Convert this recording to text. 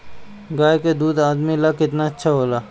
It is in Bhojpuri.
गाय का दूध आदमी ला कितना अच्छा होला?